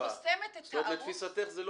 היא חוסמת את הערוץ --- זאת אומרת שלתפיסתך זה לא